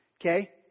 okay